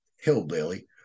hillbilly